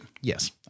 Yes